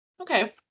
Okay